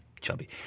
chubby